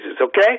okay